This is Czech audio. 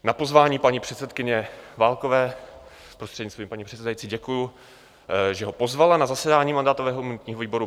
Za pozvání paní předsedkyni Válkové prostřednictvím paní předsedající děkuji, že ho pozvala na zasedání mandátového a imunitního výboru.